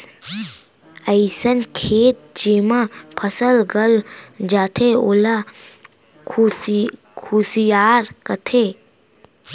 अइसन खेत जेमा फसल गल जाथे ओला खुसियार कथें